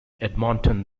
edmonton